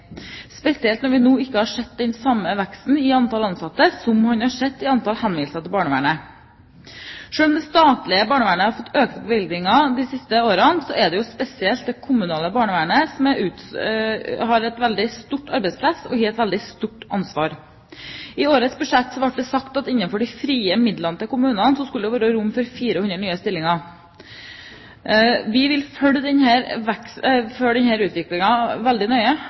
ikke har sett den samme veksten i antall ansatte som vi har sett i antall henvendelser til barnevernet. Selv om det statlige barnevernet har fått økte bevilgninger de siste årene, er det spesielt det kommunale barnevernet som har et veldig stort arbeidspress, og et veldig stort ansvar. I årets budsjett ble det sagt at innenfor de frie midlene til kommunene skulle det være rom for 400 nye stillinger. Vi vil følge